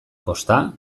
kosta